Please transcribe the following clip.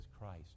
Christ